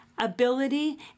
ability